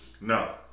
No